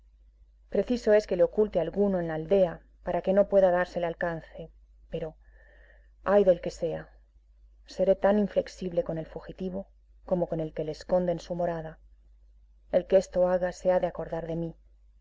preciso es que le oculte alguno en la aldea para que no pueda dársele alcance pero ay del que sea seré tan inflexible con el fugitivo como con el que le esconda en su morada el que esto haga se ha de acordar de mí